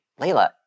Layla